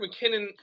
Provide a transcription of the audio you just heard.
McKinnon